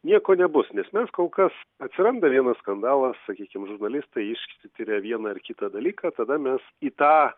nieko nebus nes mes kol kas atsiranda vienas skandalas sakykim žurnalistai ištiria vieną ar kitą dalyką tada mes į tą